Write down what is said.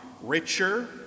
richer